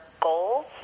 goals